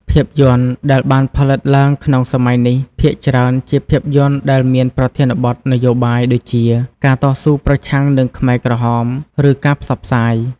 ភាពយន្តដែលបានផលិតឡើងក្នុងសម័យនេះ ភាគច្រើនជាភាពយន្តដែលមានប្រធានបទនយោបាយដូចជា ការតស៊ូប្រឆាំងនឹងខ្មែរក្រហម ឬការផ្សព្វផ្សាយ។